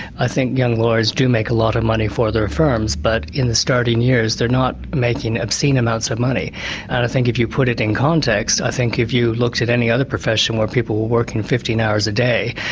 i think young lawyers do make a lot of money for their firms, but in the starting years, they're not making obscene amounts of money, and i think if you put it in context, i think if you looked at any other profession where people were working fifteen hours a day,